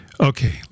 Okay